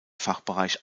fachbereich